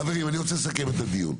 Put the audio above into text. חברים, אני רוצה לסכם את הדיון,